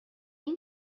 این